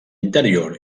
interior